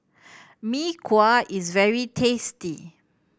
Mee Kuah is very tasty